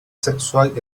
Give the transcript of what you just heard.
sexual